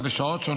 בשעות שונות,